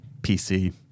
PC